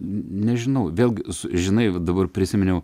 nežinau vėl gi žinai dabar vat prisiminiau